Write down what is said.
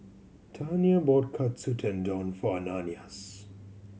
Tania bought Katsu Tendon for Ananias